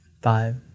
five